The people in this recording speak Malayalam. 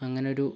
അങ്ങനെയൊരു